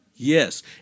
Yes